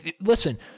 Listen